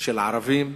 של ערבים,